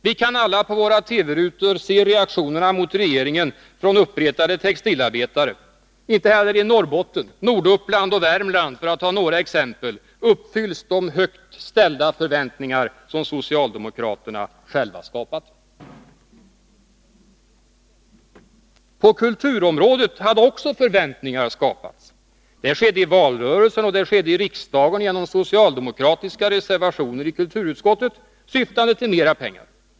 Vi kan alla på våra TV-rutor se reaktionerna mot regeringen från uppretade textilarbetare. Inte heller i Norrbotten, Norduppland och Värmland, för att ta några exempel, uppfylls de högt ställda förväntningar som socialdemokraterna själva skapat. På kulturområdet hade också förväntningar skapats. Det skedde i valrörelsen, och det skedde i riksdagen genom socialdemokratiska reservationer i kulturutskottet, syftande till mer pengar.